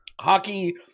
Hockey